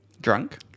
Drunk